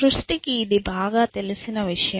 సృష్టి కి ఇది బాగా తెలిసిన విషయం